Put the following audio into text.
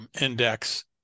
index